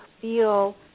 feel